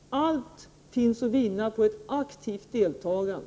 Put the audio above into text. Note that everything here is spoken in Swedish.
Allt står att vinna på ett aktivt deltagande.